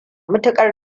matuƙar